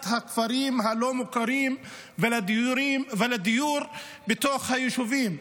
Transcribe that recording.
הכפרים הלא-מוכרים ולדיור בתוך היישובים.